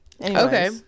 Okay